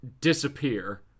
disappear